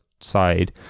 side